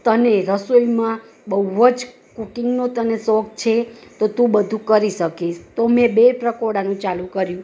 તને રસોઈમાં બહુ જ કૂકિંગનો તને શોખ છે તો તું બધું કરી શકીશ તો મેં બ્રેડ પકોડાનું ચાલુ કર્યું